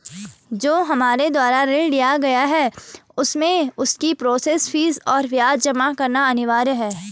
जो हमारे द्वारा ऋण लिया गया है उसमें उसकी प्रोसेस फीस और ब्याज जमा करना अनिवार्य है?